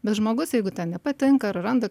bet žmogus jeigu ten nepatinka ar randa